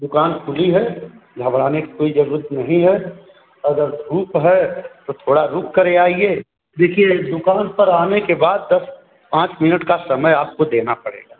दुकान खुली है घबराने की कोई जरूरत नहीं है अगर धूप है तो थोड़ा रुक कर आइए देखिए दुकान पर आने के बाद दस पाँच मिनट का समय आपको देना पड़ेगा